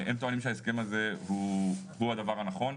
הם טוענים שההסכם הזה הוא הדבר הנכון,